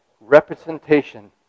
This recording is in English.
representation